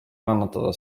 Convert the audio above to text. kannatada